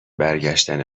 برگشتن